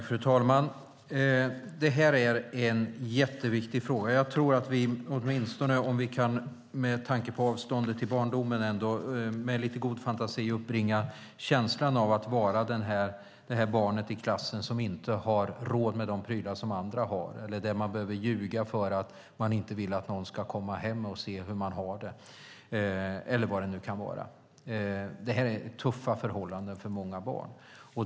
Fru talman! Det här är en jätteviktig fråga. Jag tror att vi, åtminstone med tanke på avståndet till barndomen, med lite god fantasi ändå kan uppbringa känslan av att vara det här barnet i klassen som inte har råd med de prylar som andra har, där man behöver ljuga för att man inte vill att någon ska komma hem och se hur man har det eller vad det nu kan vara. Det här är tuffa förhållanden för många barn.